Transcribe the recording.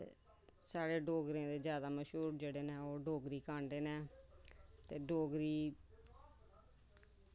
ते साढ़े डोगरें दे जादै मश्हूर जेह्ड़े न ओह् डोगरी कांटे न ते डोगरी